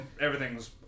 everything's